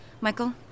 Michael